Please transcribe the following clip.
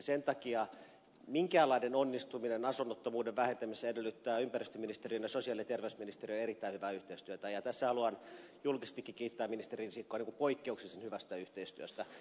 sen takia minkäänlainen onnistuminen asunnottomuuden vähentämisessä edellyttää ympäristöministeriön ja sosiaali ja terveysministeriön erittäin hyvää yhteistyötä ja tässä haluan julkisestikin kiittää ministeri risikkoa poikkeuksellisen hyvästä yhteistyöstä